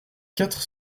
quatre